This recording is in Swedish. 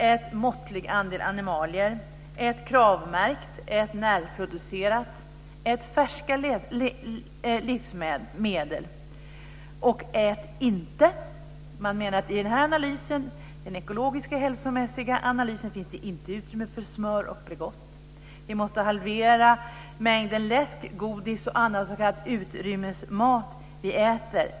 Ät måttlig andel animalier! Ät kravmärkt! Ät närproducerat! Ät färska livsmedel! I den ekologiska hälsomässiga analysen menar man att det inte finns utrymme för smör och Bregott. Vi måste halvera mängden läsk, godis och annan s.k. utrymmesmat som vi äter.